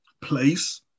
place